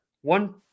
one